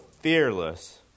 fearless